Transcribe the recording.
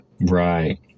right